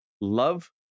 love